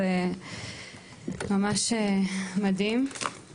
זה ממש מדהים.